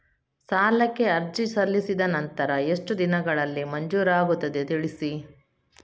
ಸಾಲಕ್ಕೆ ಅರ್ಜಿ ಸಲ್ಲಿಸಿದ ನಂತರ ಎಷ್ಟು ದಿನಗಳಲ್ಲಿ ಮಂಜೂರಾಗುತ್ತದೆ ತಿಳಿಸಿ?